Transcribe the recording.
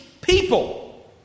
people